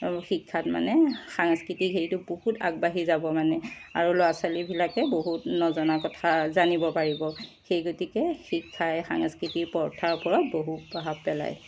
শিক্ষাত মানে সাংস্কৃতিক হেৰিটো বহুত আগবাঢ়ি যাব মানে আৰু ল'ৰা ছোৱালীবিলাকে বহুত নজনা কথা জানিব পাৰিব সেই গতিকে শিক্ষাই সাংস্কৃতিক প্ৰথাৰ ওপৰত বহুত প্ৰভাৱ পেলায়